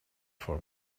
for